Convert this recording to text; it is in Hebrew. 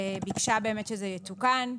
ביקשה שזה יתוקן.